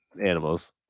animals